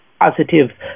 positive